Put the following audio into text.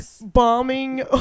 bombing